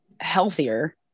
healthier